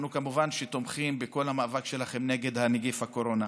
אנחנו כמובן תומכים בכל המאבק שלכם נגד נגיף הקורונה,